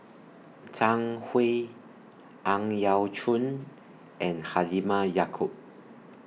Zhang Hui Ang Yau Choon and Halimah Yacob